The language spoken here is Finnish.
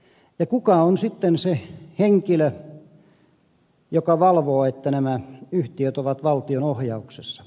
kuka on sitten se henkilö joka valvoo että nämä yhtiöt ovat valtion ohjauksessa